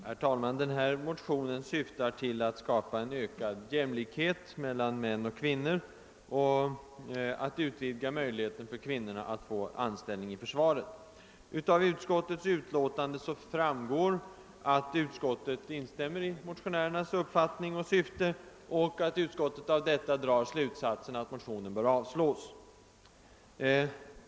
Herr talman! Den föreliggande motionen syftar till att skapa ökad jämlikhet mellan män och kvinnor och till att utvidga möjligheterna för kvinnorna att få anställning i försvaret. Av utskottets utlåtande framgår att utskottet instämmer i motionärernas uppfattning och att utskottet av detta drar slutsatsen att motionen bör avslås.